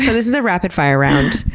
this is a rapid-fire round.